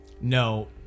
No